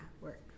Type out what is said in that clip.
work